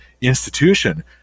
institution